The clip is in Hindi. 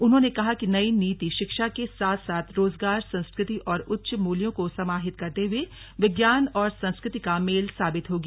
उन्होंने कहा कि नई नीति शिक्षा के साथ साथ रोजगार संस्कृति और उच्च मूल्यों को समाहित करते हुए विज्ञान और संस्कृति का मेल साबित होगी